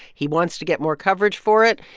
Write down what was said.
he wants to get more coverage for it.